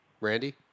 Randy